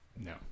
No